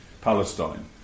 Palestine